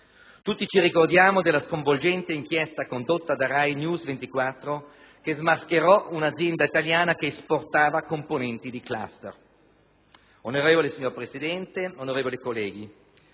tutti ricordiamo la sconvolgente inchiesta condotta da Rainews 24, che smascherò un'azienda italiana che esportava componenti di *cl**uster*. Signor Presidente, onorevoli colleghi,